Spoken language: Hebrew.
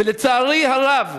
ולצערי הרב,